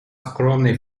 скромный